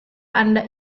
anda